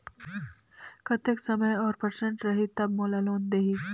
कतेक समय और परसेंट रही तब मोला लोन देही?